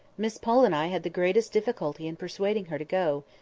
miss pole and i had the greatest difficulty in persuading her to go.